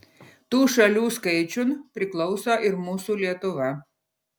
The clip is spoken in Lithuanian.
tų šalių skaičiun priklauso ir mūsų lietuva